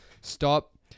stop